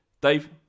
Dave